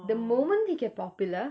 the moment they get popular